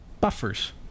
buffers